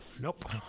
Nope